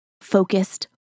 focused